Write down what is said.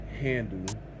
handle